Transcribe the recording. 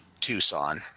Tucson